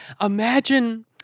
imagine